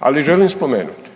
ali želim spomenuti,